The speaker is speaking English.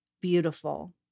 beautiful